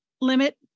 limit